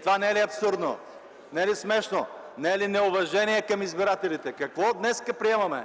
Това не е ли абсурдно, не е ли смешно, не е ли неуважение към избирателите? (Оживление, шум.) Какво